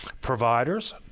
providers